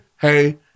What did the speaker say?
hey